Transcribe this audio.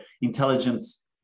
intelligence